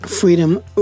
Freedom